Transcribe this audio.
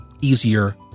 easier